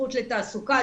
זכות לתעסוקה,